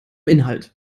inhalt